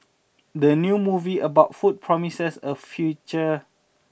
the new movie about food promises a future